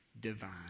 divine